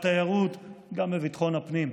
בתיירות, גם בביטחון הפנים.